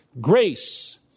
grace